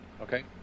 Okay